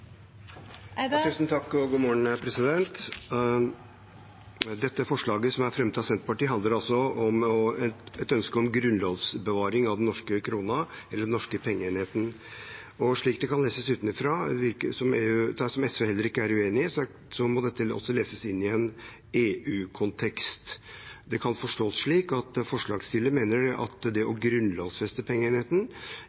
Dette forslaget, som er fremmet av Senterpartiet, handler altså om et ønske om grunnlovsbevaring av den norske krona, eller den norske pengeenheten. Slik det kan leses utenfra, som SV heller ikke er uenig i, må dette også leses inn i en EU-kontekst. Det kan forstås slik at forslagsstiller mener at det å